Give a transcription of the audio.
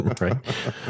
Right